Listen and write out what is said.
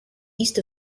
east